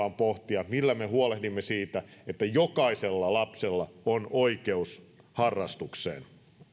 on pohtia millä me huolehdimme siitä että jokaisella lapsella on oikeus harrastukseen